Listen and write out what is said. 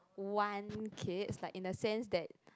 want kids like in the sense that